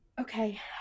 Okay